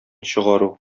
чыгару